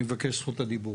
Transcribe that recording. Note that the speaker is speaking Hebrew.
אני מבקש את זכות הדיבור.